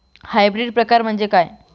Hybrid प्रकार म्हणजे काय?